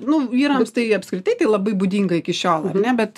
nu vyrams tai apskritai tai labai būdinga iki šiol ar ne bet